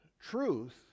truth